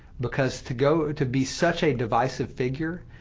because to go to be such a divisive figure,